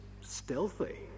stealthy